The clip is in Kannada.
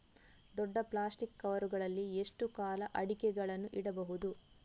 ದೊಡ್ಡ ಪ್ಲಾಸ್ಟಿಕ್ ಕವರ್ ಗಳಲ್ಲಿ ಎಷ್ಟು ಕಾಲ ಅಡಿಕೆಗಳನ್ನು ಇಡಬಹುದು?